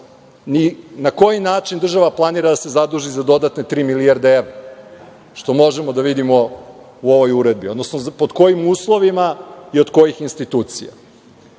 na koji način država planira da se zaduži za dodatne tri milijarde evra, što možemo da vidimo u ovoj uredbi, odnosno pod kojim uslovima i od kojih institucija. Ono